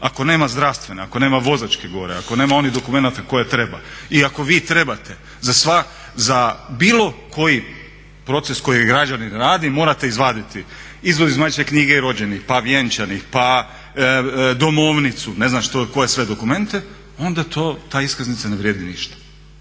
ako nema zdravstvene, ako nema vozačke gore, ako nema onih dokumenata koje treba i ako vi trebate za bilo koji proces koji građanin radi morate izvaditi izvod iz matične knjige rođenih, pa vjenčanih, pa domovnicu, ne znam što, koje sve dokumente, onda ta iskaznica ne vrijedi ništa.